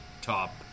top